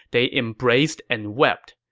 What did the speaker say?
they embraced and wept.